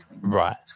Right